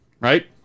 right